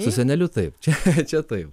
su seneliu taip čia čia taip